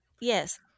Yes